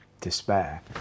despair